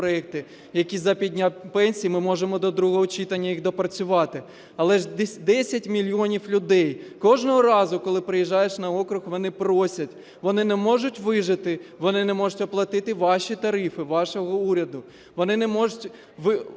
які за підняття пенсії, ми можемо до другого читання їх доопрацювати. Але ж 10 мільйонів людей, кожного разу, коли приїжджаєш на округ, вони просять, вони не можуть вижити, вони не можуть оплатити ваші тарифи, вашого уряду. Вони не можуть